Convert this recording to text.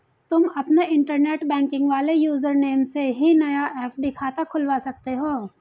तुम अपने internet banking वाले यूज़र नेम से ही नया एफ.डी खाता खुलवा सकते हो